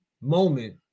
moment